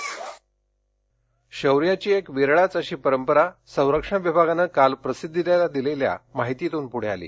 शौर्याची परंपरा शौर्यांची एक विरळाच अशी परंपरा संरक्षण विभागानं काल प्रसिद्धीला दिलेल्या माहीतीतून पुढे आली